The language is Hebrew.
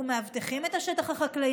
אנחנו מאבטחים את השטח החקלאי,